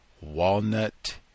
walnut